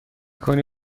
کنی